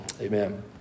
Amen